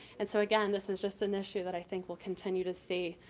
and so, again, this is just an issue that i think we'll continue to see.